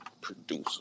producer